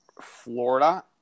Florida